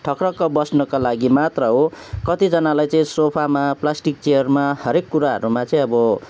टक्रक्क बस्नको लागि मात्र हो कतिजनालाई चाहिँ सोफामा प्लास्टिक चियरमा हरेक कुराहरूमा चाहिँ अब